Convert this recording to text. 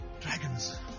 Dragon's